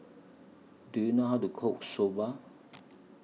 Do YOU know How to Cook Soba